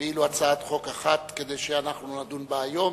הצעת חוק אחת כדי שאנחנו נדון בה היום.